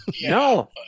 no